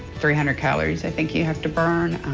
three hundred calories i think you have to burn,